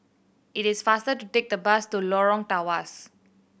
it is faster to take the bus to Lorong Tawas